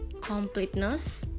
completeness